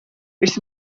its